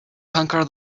conquer